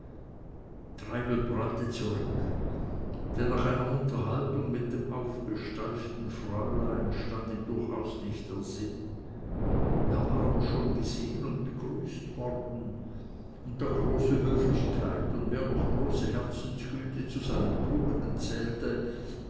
prallte zurück denn nach einer unterhaltung mit dem aufgesteiften fräulein stand ihm durchaus nicht der sinn er war aber schon gesehen und begrüßt worden und da große höflichkeit und mehr noch große herzensgüte zu seinen tugenden zählte